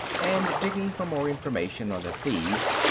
and digging for more information on the thieves,